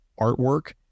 artwork